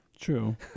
True